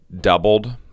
doubled